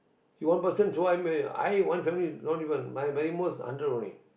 you one person so high meh I one family not even mine my most hundred only